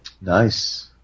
Nice